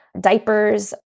diapers